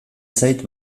zait